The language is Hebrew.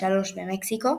3 במקסיקו